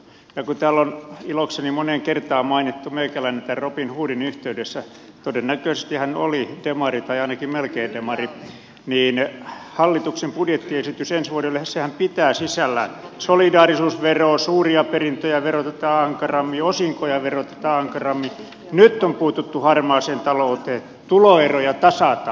kun täällä on ilokseni moneen kertaan mainittu meikäläinen tämän robin hoodin yhteydessä todennäköisesti hän oli demari tai ainakin melkein demari niin hallituksen budjettiesityshän ensi vuodelle pitää sisällään solidaarisuusveron suuria perintöjä verotetaan ankarammin osinkoja verotetaan ankarammin nyt on puututtu harmaaseen talouteen tuloeroja tasataan